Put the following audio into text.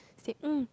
say mm